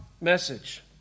message